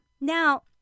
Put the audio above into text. Now